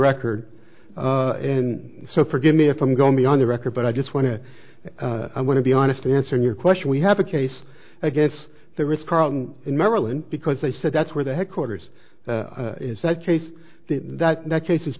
record and so forgive me if i'm going to be on the record but i just want to i'm going to be honest answering your question we have a case against the risk carlton in maryland because they said that's where the headquarters is that case that that case is